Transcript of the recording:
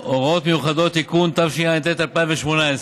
(הוראות מיוחדות) (תיקון), התשע"ט 2018,